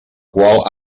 qual